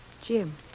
Jim